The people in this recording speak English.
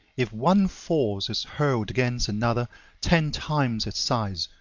if one force is hurled against another ten times its size,